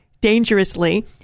dangerously